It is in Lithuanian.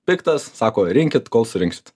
piktas sako rinkit kol surinksit